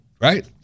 right